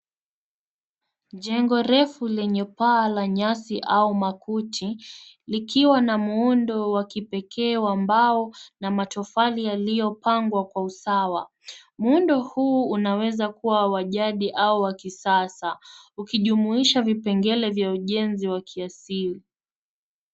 Jengo refu lenye paa la nyasi au makuti likiwa na muundo wa kipekee wa mbao na matofali yaliyo pangwa kwa usawa. Muundo huwa unaweza kuwa wa jadi au kisasa ukijumuisha vipengele vya ujenzi wa kiasili.